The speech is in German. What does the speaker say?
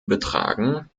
betragen